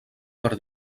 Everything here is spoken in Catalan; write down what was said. per